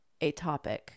atopic